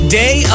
day